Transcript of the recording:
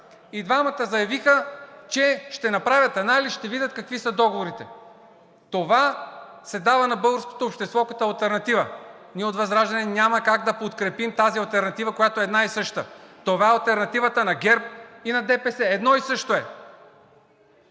И двамата заявиха, че ще направят анализ, ще видят какви са договорите. Това се дава на българското общество като алтернатива. Ние от ВЪЗРАЖДАНЕ няма как да подкрепим тази алтернатива, която е една и съща – това е алтернативата на ГЕРБ и на ДПС. Едно и също е,